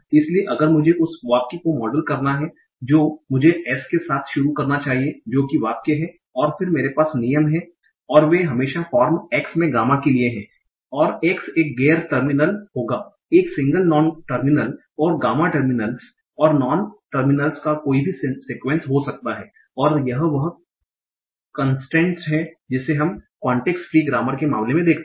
इसलिए अगर मुझे उस वाक्य को मॉडल करना है जो मुझे S के साथ शुरू करना चाहिए जो कि वाक्य है और फिर मेरे पास नियम हैं और वे हमेशा फॉर्म X में गामा के लिए हैं और X एक गैर टर्मिनल होगा एक सिंगल नॉन टर्मिनल और गामा टर्मिनल्स और नॉन टर्मिनल्स का कोई भी सीक्वेंस हो सकता है और यह वह कन्स्ट्रेन्ट है जिसे हम कांटेक्स्ट फ्री ग्रामर के मामले में देखते हैं